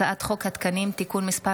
הצעת חוק התקנים (תיקון מס'